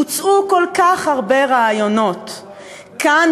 הוצעו כל כך הרבה רעיונות כאן,